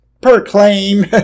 proclaim